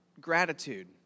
gratitude